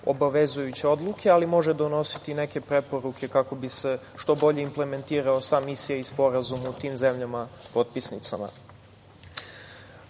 obavezujuće odluke, ali može donositi i neke preporuke kako bi se što bolje implementirali ISA sporazum u tim zemljama potpisnicama. Imajući